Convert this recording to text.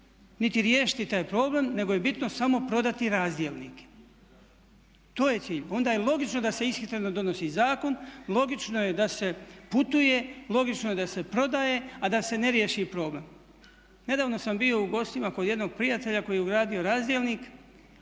niti riješiti taj problem nego je bitno samo prodati razdjelnike. To je cilj. Onda je logično da se ishitreno donosi zakon, logično je da se putuje, logično je da se prodaje, a da se ne riješi problem. Nedavno sam bio u gostima kod jednog prijatelja koji je ugradio razdjelnik